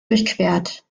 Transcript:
durchquert